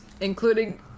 Including